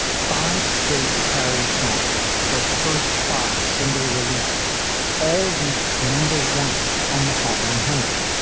five straight kerry songs. her first five single releases all reached number one on the hot one hundred.